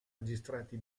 registrati